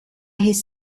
his